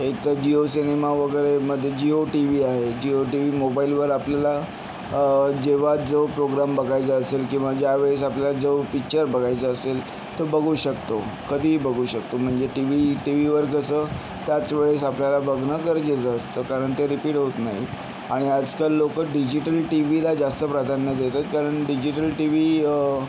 एकतर जिओ सिनेमा वगैरे मध्ये जिओ टी वी आहे जिओ टी वी मोबाईलवर आपल्याला जेव्हा जो प्रोग्राम बघायचा असेल किंवा ज्यावेळेस आपला जो पिच्चर बघायचा असेल तो बघू शकतो कधीही बघू शकतो म्हणजे टी वी टीवीवर जसं त्याच वेळेस आपल्याला बघणं गरजेचे असतं कारण ते रिपीट होत नाही आणि आजकाल लोक डिजिटल टीवीला जास्त प्राधान्य देत आहेत कारण डिजिटल टी वी